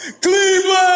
Cleveland